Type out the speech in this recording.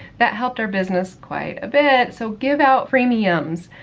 that helped our business quite a bit. so, give out freemiums.